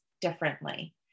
differently